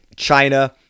china